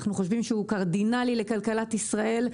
אנחנו חושבים שהוא קרדינלי לכלכלת ישראל,